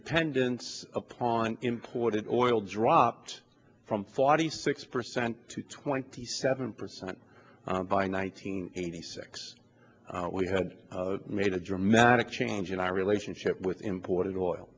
dependence upon imported oil dropped from forty six percent to twenty seven percent by nine hundred eighty six we had made a dramatic change in our relationship with imported oil